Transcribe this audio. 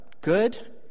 good